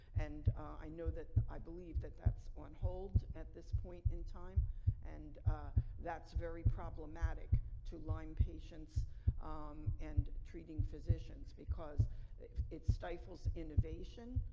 and i know that. i believe that that's on hold at this point in time and that's very problematic to lyme patients and treating physicians, because it stifles innovation.